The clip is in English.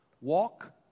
walk